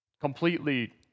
Completely